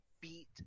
beat